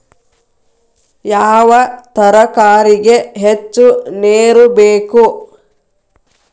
ಯಾವ ತರಕಾರಿಗೆ ಹೆಚ್ಚು ನೇರು ಬೇಕು?